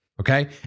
okay